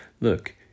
look